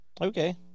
Okay